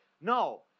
no